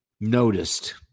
noticed